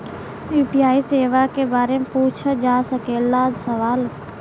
UPI सेवा के बारे में पूछ जा सकेला सवाल?